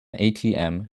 atm